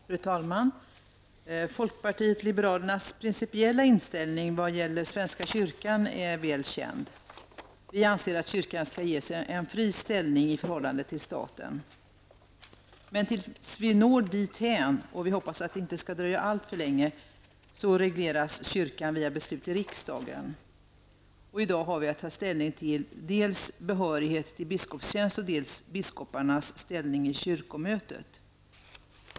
Fru talman! Folkpartiet liberalernas principiella inställning när det gäller svenska kyrkan är väl känd. Vi anser att kyrkan skall ges en fri ställning i förhållande till staten. Tills vi når dithän -- och vi hoppas att det inte skall dröja alltför länge -- I dag har vi att ta ställning till dels behörighet till biskopstjänst, dels biskoparnas ställning i kyrkomötet.